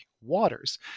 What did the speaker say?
waters